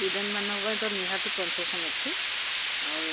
ଷ୍ଟୁଡେଣ୍ଟମାନଙ୍କ ପାଇଁ ତ ନିହାତି କନସେସନ୍ ଅଛି ଆଉ